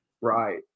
Right